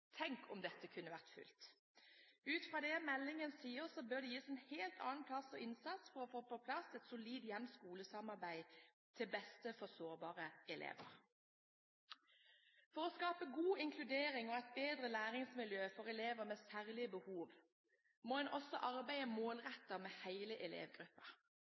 Tenk om dette kunne vært fulgt! Ut fra det meldingen sier, bør det en helt annen innsats til for å få på plass et solid hjem–skole-samarbeid, til beste for sårbare elever. For å skape god inkludering og et bedre læringsmiljø for elever med særlige behov må en også arbeide målrettet med hele